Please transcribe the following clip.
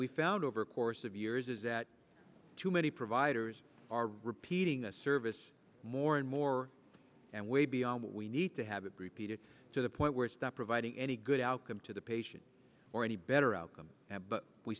we found over a course of years is that too many providers are repeating the service more and more and way beyond what we need to have it repeated to the point where it's that providing any good outcome to the patient or any better outcome but we